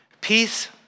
Peace